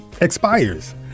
expires